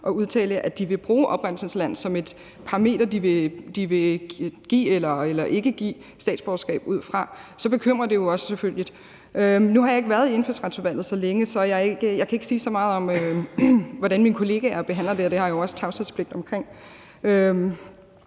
at udtale, at de vil bruge oprindelsesland som et parameter, de vil give eller ikke give statsborgerskab ud fra, så bekymrer det selvfølgelig os. Nu har jeg ikke været i Indfødsretsudvalget så længe, så jeg kan ikke sige så meget om, hvordan mine kollegaer behandler det, og det har jeg jo også tavshedspligt om.